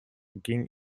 ging